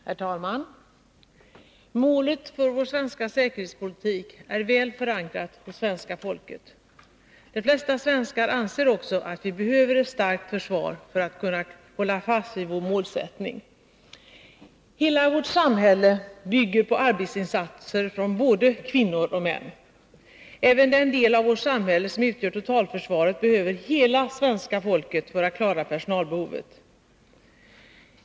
Herr talman! Målet för vår säkerhetspolitik är väl förankrat hos det svenska folket. De flesta svenskar anser också att vi behöver ett starkt försvar för att kunna hålla fast vid vår målsättning. Hela vårt samhälle bygger på arbetsinsatser från både kvinnor och män. Även den del av vårt samhälle som utgör totalförsvaret behöver hela svenska folket för att klara personalbehovet.